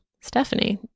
Stephanie